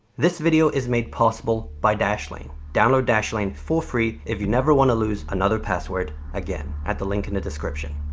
this video is made possible by dashlane. download dashlane for free if you never wanna lose another password again at the link in the description.